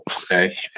Okay